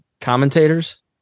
commentators